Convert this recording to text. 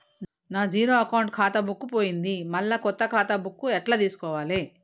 నా zero account ఖాతా book పోయింది మళ్ళా కొత్త ఖాతా బుక్కు ఎట్ల తీసుకోవాలే?